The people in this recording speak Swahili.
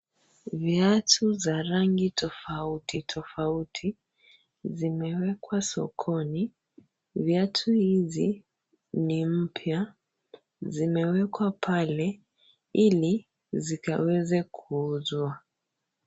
Viatu za rangi tofauti tofauti zimewekwa sokoni. Viatu hizi ni mpya zimewekwa pale ili zikaweze kuuzwa.